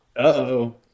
uh-oh